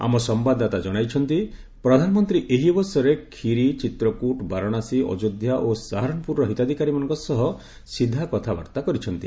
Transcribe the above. ଆମ ସମ୍ଭାଦଦାତା ଜଣାଇଛନ୍ତି ପ୍ରଧାନମନ୍ତ୍ରୀ ଏହି ଅବସରରେ କ୍ଷିରି ଚିତ୍ରକୃଟ ବାରାଣସୀ ଅଯୋଧ୍ୟା ଓ ଶାହାରାନ୍ପୁର୍ର ହିତାଧିକାରୀମାନଙ୍କ ସହ ସିଧା କଥାବାର୍ତ୍ତା କରିଛନ୍ତି